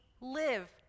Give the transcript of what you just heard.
live